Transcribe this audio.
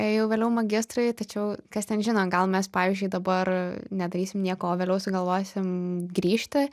jau vėliau magistrui tačiau kas ten žino gal mes pavyzdžiui dabar nedarysim nieko o vėliau sugalvosim grįžti